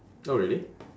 oh really